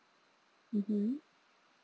mmhmm